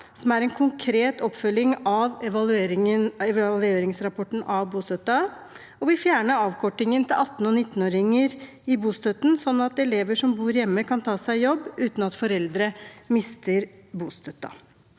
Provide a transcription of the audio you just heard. som er en konkret oppfølging av evalueringsrapporten om bostøtten. Og vi fjerner avkortingen til 18- og 19åringer i bostøtten, slik at elever som bor hjemme, kan ta seg jobb uten at foreldre mister bostøtten.